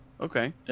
okay